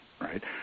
right